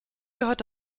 gehört